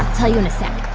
tell you in a sec.